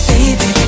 Baby